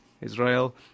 Israel